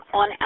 on